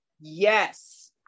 yes